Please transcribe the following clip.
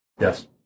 yes